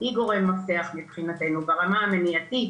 היא גורם מפתח מבחינתנו ברמה המניעתית,